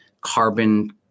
carbon